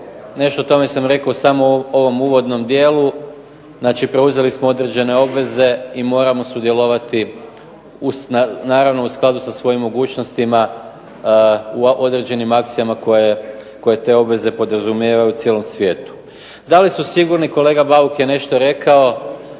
Nešto o tome sam rekao u ovom uvodnom dijelu, znači preuzeli smo određene obveze i moramo sudjelovati naravno u skladu sa svojim mogućnostima u određenim akcijama koje te obveze podrazumijevaju u cijelom svijetu. Da li su sigurni, kolega Bauk je nešto rekao,